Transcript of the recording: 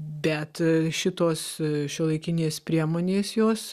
bet šitos šiuolaikinės priemonės jos